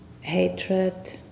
hatred